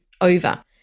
over